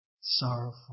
sorrowful